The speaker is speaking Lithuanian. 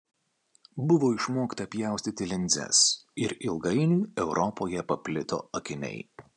buvo išmokta pjaustyti linzes ir ilgainiui europoje paplito akiniai